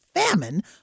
famine